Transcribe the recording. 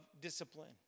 discipline